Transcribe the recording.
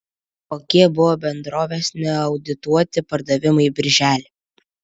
kokie buvo bendrovės neaudituoti pardavimai birželį